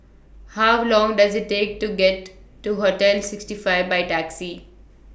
How Long Does IT Take to get to Hostel sixty five By Taxi